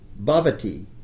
bhavati